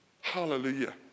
Hallelujah